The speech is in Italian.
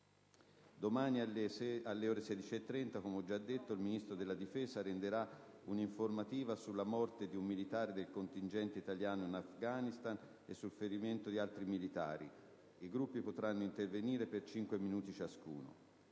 Domani, alle ore 16,30, come ho già detto, il Ministro della difesa renderà un'informativa sulla morte di un militare del contingente italiano in Afghanistan e sul ferimento di altri militari. I Gruppi potranno intervenire per cinque minuti ciascuno.